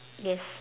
yes